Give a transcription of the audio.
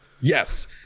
Yes